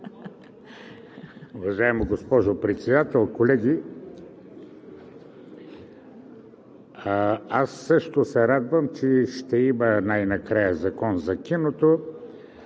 Уважаема госпожо Председател, колеги! Аз също се радвам, че ще има най-накрая Закон за киното.